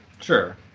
Sure